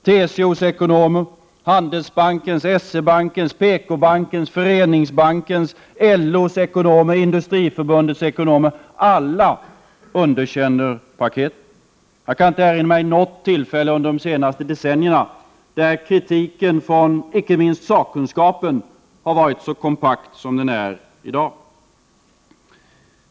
TCO:s, Handelsbankens, S-E-Bankens, PK bankens och Föreningsbankens ekonomer underkänner det. LO:s och Industriförbundets ekonomer underkänner det. Alla underkänner paketet. Jag kan inte erinra mig något tillfälle under de senaste decennierna, där kritiken från icke minst sakkunskapen har varit så kompakt som den är i dag.